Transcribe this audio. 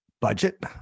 budget